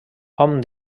hom